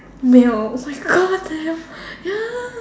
male oh my God what the hell ya